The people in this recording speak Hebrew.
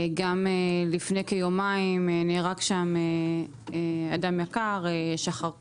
לפני כיומיים נהרג באותו כביש אדם יקר, שחר כהן,